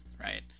right